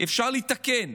אפשר לתקן.